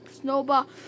Snowball